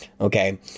okay